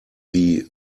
wie